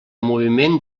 moviment